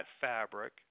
fabric